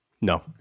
No